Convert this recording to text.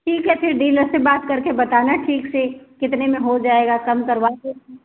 ठीक है फिर डीलर से बात करके बताना ठीक से कितने में हो जाएगा कम करवा देना